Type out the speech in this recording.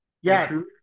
Yes